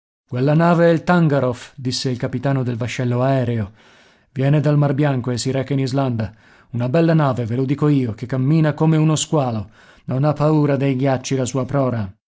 quella nave è il tangaroff disse il capitano del vascello aereo viene dal mar bianco e si reca in islanda una bella nave ve lo dico io che cammina come uno squalo non ha paura dei ghiacci la sua prora